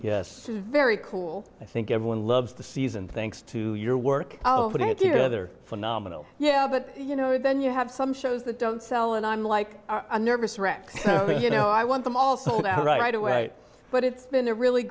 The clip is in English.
days very cool i think everyone loves the season thanks to your work but i do other phenomenal yeah but you know then you have some shows that don't sell and i'm like a nervous wreck so you know i want them all sold out right away but it's been a really